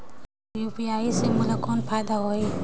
UPI से मोला कौन फायदा होही?